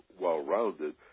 well-rounded